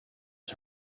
was